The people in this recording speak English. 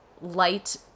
light